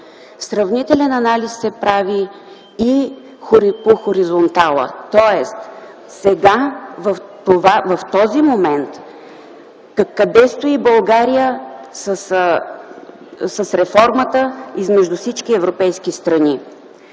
сравнителен анализ се прави и по вертикала, тоест в този момент къде стои България с реформата измежду всички европейски страни.